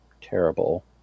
terrible